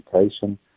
education